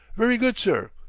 very good, sir,